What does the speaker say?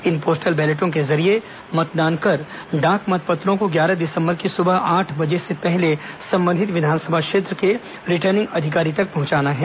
इन postal बैलेटों के जरिये मतदान कर डाक मतपत्रों को ग्यारह दिसंबर की सुबह आठ बजे के पहले संबंधित विधानसभा क्षेत्र के रिटर्निंग अधिकारी तक पहुंचाना है